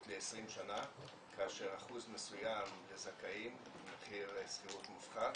ל-20 שנה כאשר אחוז מסוים לזכאים מתחיל שכירות מופחת